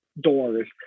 doors